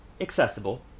accessible